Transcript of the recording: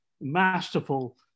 masterful